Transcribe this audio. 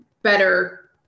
better